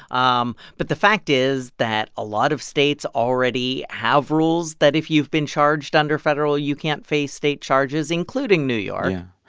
um but the fact is that a lot of states already have rules that if you've been charged under federal, you can't face state charges, including new york yeah.